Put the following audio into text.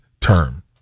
term